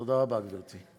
תודה רבה, גברתי.